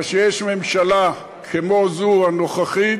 אבל כשיש ממשלה כמו זו הנוכחית,